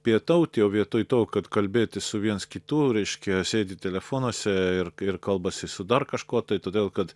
pietauti o vietoj to kad kalbėtis su viens kitu reiškia sėdi telefonuose ir kalbasi su dar kažkuo tai todėl kad